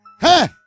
Hey